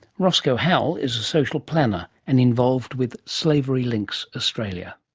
roscoe howell is a social planner and involved with slavery links australia.